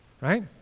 right